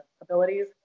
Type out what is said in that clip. abilities